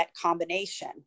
combination